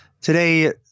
today